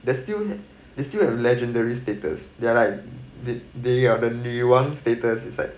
they still they still have legendary status they are like they they have the 女王 status inside